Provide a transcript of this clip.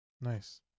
Nice